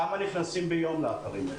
כמה נכנסים ביום לאתרים האלה?